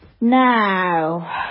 Now